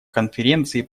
конференции